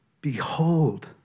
Behold